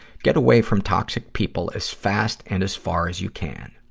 get away from toxic people as fast and as far as you can.